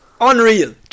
unreal